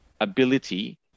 ability